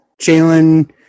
Jalen